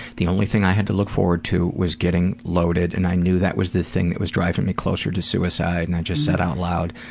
the only thing i had to look forward to was getting loaded, and i knew that was the thing that was driving me closer to suicide, and i just said out loud,